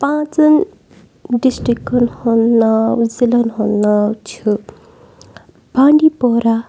پانٛژَن ڈِسٹرکَن ہُنٛد ناو ضِلَن ہُنٛد ناو چھُ بانڈی پورہ